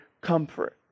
comfort